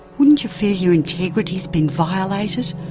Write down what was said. wouldn't you feel your integrity has been violated?